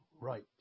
right